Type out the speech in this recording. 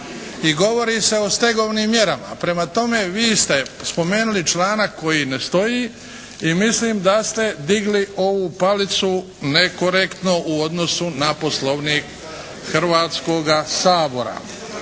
I govori se o stegovnim mjerama. Prema tome, vi ste spomenuli članak koji ne stoji i mislim da ste digli ovu palicu nekorektno u odnosu na Poslovnik Hrvatskoga sabora.